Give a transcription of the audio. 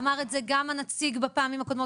אמר את זה גם הנציג בפעמים הקודמות.